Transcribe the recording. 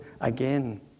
again